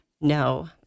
No